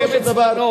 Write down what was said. הוא סיים את זמנו.